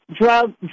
drug